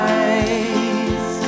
eyes